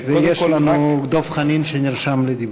יש לנו את דב חנין שנרשם לדיבור.